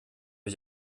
ich